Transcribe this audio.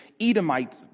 Edomite